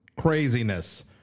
craziness